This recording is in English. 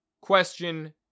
question